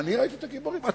אני ראיתי את הגיבורים?